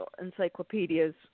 encyclopedias